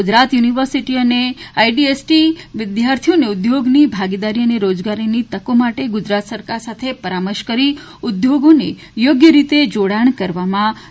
Gujarat university અને IDST વિદ્યાર્થીઓને ઉદ્યોગની ભાગીદારી અને રોજગારીની તકો માટે ગુજરાત સરકાર સાથે પરામર્શ કરીને ઉદ્યોગને યોગ્ય રીતે જોડણ કરવામાં કારગર સાબિત થશે